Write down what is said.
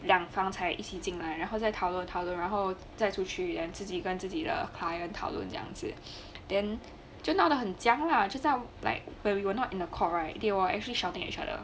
两方才一起进来然后再讨论讨论然后再出去 then 自己跟自己的 client 讨论这样子 then 就闹得很僵 lah 就这样 like when we were not in the court right they were actually shouting at each other